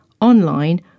online